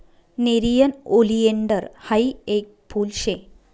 nerium oleander हायी येक फुल शे